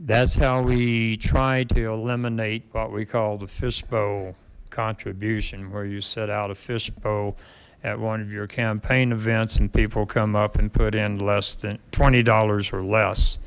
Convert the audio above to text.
that's how we try to eliminate what we call the fishbowl contribution where you set out a fist poke at one of your campaign events and people come up and put in less than twenty dollars or less